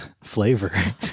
flavor